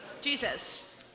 Jesus